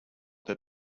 that